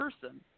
person